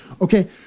okay